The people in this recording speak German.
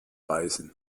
beißen